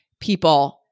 people